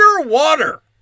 underwater